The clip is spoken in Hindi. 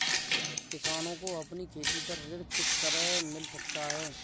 किसानों को अपनी खेती पर ऋण किस तरह मिल सकता है?